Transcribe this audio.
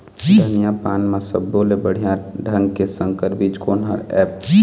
धनिया पान म सब्बो ले बढ़िया ढंग के संकर बीज कोन हर ऐप?